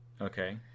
Okay